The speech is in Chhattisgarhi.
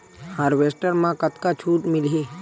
हारवेस्टर म कतका छूट मिलही?